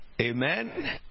Amen